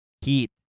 heat